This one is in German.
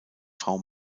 frau